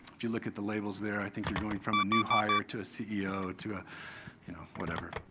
if you look at the labels there, i think you're going from a new hire to a ceo to ah you know whatever.